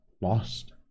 lost